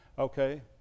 Okay